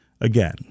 again